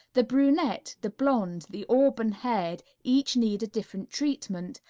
the brunette, the blonde, the auburn-haired, each needs a different treatment,